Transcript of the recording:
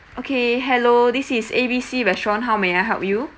okay hello this is A B C restaurant how may I help you